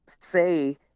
say